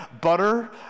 butter